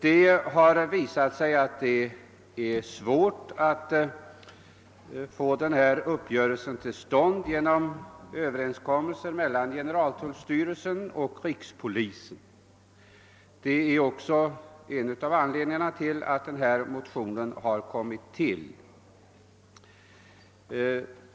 Det har visat sig svårt att få denna uppgörelse till stånd genom överenskommelser mellan generaltullstyrelsen och rikspolisen. Det är också en av anledningarna till denna motions tillkomst.